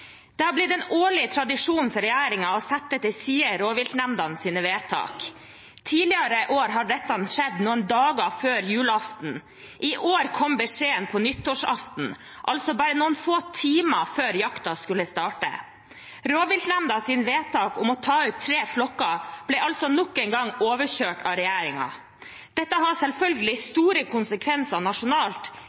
Det har blitt en årlig tradisjon for regjeringen å sette til side rovviltnemndenes vedtak. Tidligere år har dette skjedd noen dager før julaften. I år kom beskjeden på nyttårsaften, altså bare noen få timer før jakten skulle starte. Rovviltnemndas vedtak om å ta ut tre flokker ble altså nok en gang overkjørt av regjeringen. Dette har selvfølgelig store konsekvenser nasjonalt